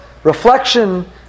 Reflection